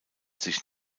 sich